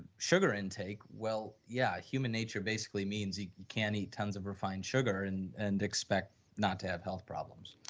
sugar intake, well, yeah, human nature basically means you can't eat tons of refine sugar and and expect not to have health problems